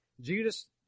Judas